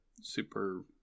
super